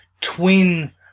twin